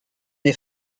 les